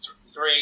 three